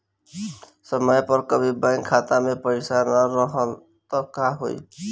समय पर कभी बैंक खाता मे पईसा ना रहल त का होई?